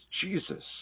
Jesus